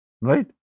right